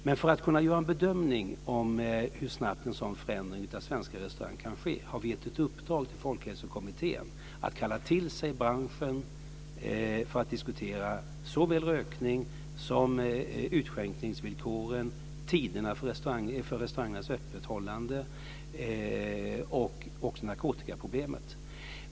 Men för att kunna göra en bedömning av hur snabbt en sådan förändring av de svenska restaurangerna kan ske har vi gett ett uppdrag till Folkhälsokommittén att kalla till sig branschen för att diskutera såväl rökningen som utskänkningsvillkoren, tiderna för restaurangernas öppethållande och narkotikaproblemet.